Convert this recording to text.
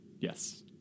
yes